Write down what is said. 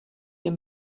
him